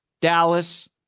Dallas